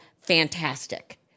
fantastic